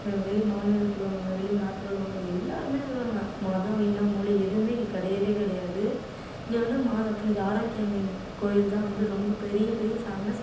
வெளி மாநிலத்தில் உள்ளவங்க வெளிநாட்டில் உள்ளவங்க எல்லோருமே வருவாங்க மதம் இனம் மொழி எதுவுமே இங்கே கிடையவே கிடையாது இங்கே வந்து மாதா புனித ஆரோக்கிய அன்னை கோவில் தான் வந்து ரொம்ப பெரிய பெரிய ஃபேமஸ்